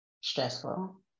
stressful